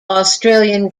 australian